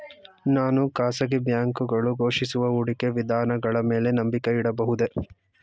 ನಾನು ಖಾಸಗಿ ಬ್ಯಾಂಕುಗಳು ಘೋಷಿಸುವ ಹೂಡಿಕೆ ವಿಧಾನಗಳ ಮೇಲೆ ನಂಬಿಕೆ ಇಡಬಹುದೇ?